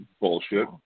Bullshit